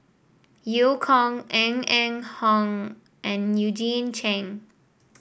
Eu Kong Ng Eng Hen and Eugene Chen